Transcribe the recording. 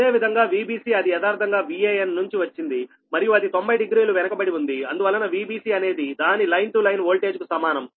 అదేవిధంగా Vbc అది యదార్ధంగా Van నుంచి వచ్చింది మరియు అది 90 డిగ్రీలు వెనుకబడి ఉంది అందువలన Vbc అనేది దాని లైన్ టు లైన్ ఓల్టేజ్ కు సమానం